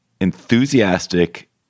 enthusiastic